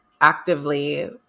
actively